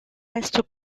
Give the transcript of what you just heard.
reste